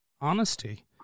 honesty